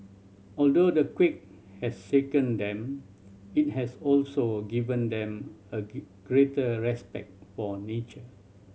although the quake has shaken them it has also given them a greater respect for nature